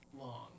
long